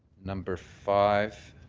number five